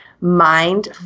mind